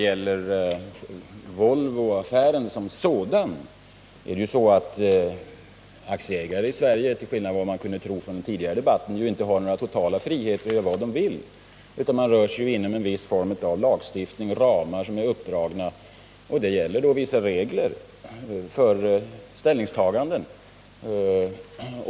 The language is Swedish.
I Volvoaffären som sådan har man emellertid som aktieägare i Sverige — till skillnad mot vad man skulle kunna tro om man hörde den tidigare debatten — ju inte någon total frihet att göra vad man vill, utan man rör sig inom vissa uppdragna lagstiftningsramar. Där gäller vissa regler för ställningstaganden.